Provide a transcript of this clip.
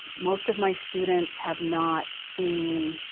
most of my students have not seen,